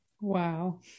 Wow